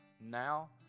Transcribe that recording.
now